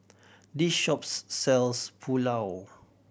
this shops sells Pulao